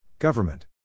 Government